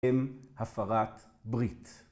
‫הם הפרת ברית.